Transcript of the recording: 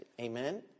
Amen